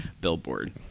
billboard